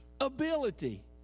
ability